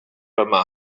yma